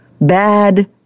Bad